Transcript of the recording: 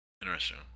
Interesting